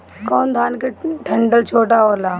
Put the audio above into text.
कौन धान के डंठल छोटा होला?